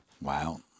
Wow